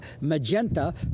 Magenta